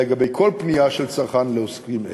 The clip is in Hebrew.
אלא על כל פנייה של צרכן לעוסקים אלו.